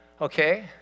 Okay